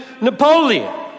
Napoleon